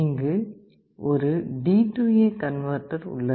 இங்கு ஒரு DA converter உள்ளது